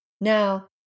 Now